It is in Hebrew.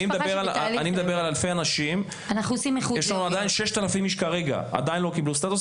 יש 6,000 אנשים כרגע שעדיין לא קיבלו סטטוס.